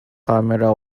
camera